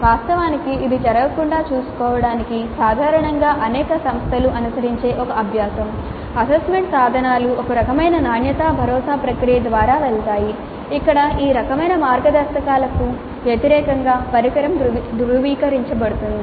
వాస్తవానికి ఇది జరగకుండా చూసుకోవటానికి సాధారణంగా అనేక సంస్థలు అనుసరించే ఒక అభ్యాసం అసెస్మెంట్ సాధనాలు ఒక రకమైన నాణ్యతా భరోసా ప్రక్రియ ద్వారా వెళతాయి ఇక్కడ ఈ రకమైన మార్గదర్శకాలకు వ్యతిరేకంగా పరికరం ధృవీకరించబడుతుంది